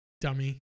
dummy